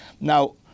now